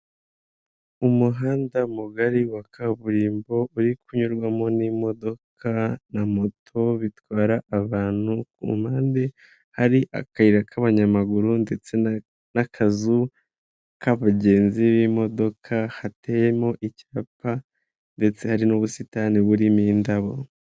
Umuhanda mugari wa kaburimbo uri kunyurwamo n'imodoka na moto bitwara abantu, ku mpande hari akayira k'abanyamaguru ndetse n'akazu k'abagenzi b'imodoka, hateyemo icyapa ndetse hari n'ubusitani burimo indabo.